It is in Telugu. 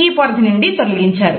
చేర్చారు